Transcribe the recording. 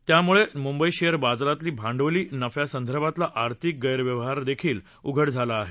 त्यानुसार मुंबई शेअर बाजारातील भांडवली नफ्यासंदर्भातला आर्थिक गैरव्यवहारदेखील उघड झाला आहे